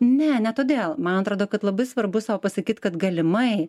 ne ne todėl man atrodo kad labai svarbu sau pasakyt kad galimai